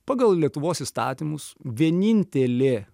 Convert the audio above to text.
pagal lietuvos įstatymus vienintelė